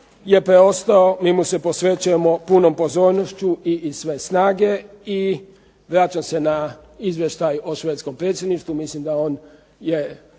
je preostao mi mu se posvećujemo punom pozornošću i iz sve snage i vraćam se na izvještaj o švedskom predsjedništvu, mislim da on je